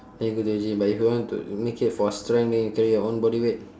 then you go to the gym but if you want to make it for strength then you carry your own body weight